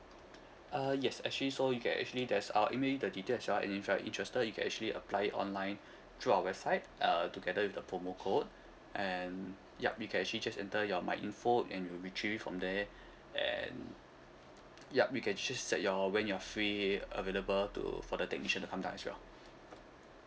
uh yes actually so you can actually there's ah I will email you the details as well if you're interested you can actually apply it online through our website err together with the promo code and yup you can actually just enter your my info and retrieve it from there and yup you can actually set your when you're free available to for the technician to come down as well